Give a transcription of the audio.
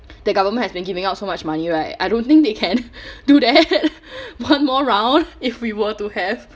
the government has been giving out so much money right I don't think they can do that one more round if we were to have